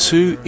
Two